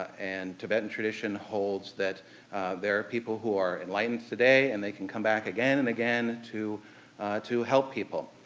and tibetan tradition holds that there are people who are enlightened today, and they can come back again and again to to help people.